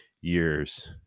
years